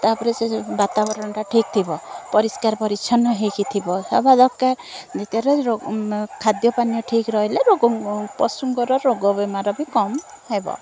ତାପରେ ସେ ଯେଉଁ ବାତାବରଣଟା ଠିକ ଥିବ ପରିଷ୍କାର ପରିଚ୍ଛନ୍ନ ହେଇକି ଥିବ ହବା ଦରକାର ଭିତରେ ଖାଦ୍ୟ ପାନୀୟ ଠିକ ରହିଲେ ରୋଗ ପଶୁଙ୍କର ରୋଗ ବେମାର ବି କମ୍ ହେବ